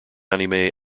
anime